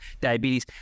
diabetes